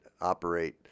operate